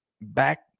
Back